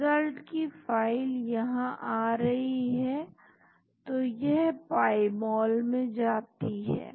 result की file यहां आ रही है तो यह पाई मॉल में जाती है